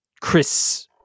Chris